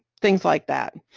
things like that.